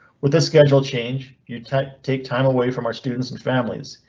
with the schedule change, you take take time away from our students and families.